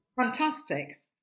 fantastic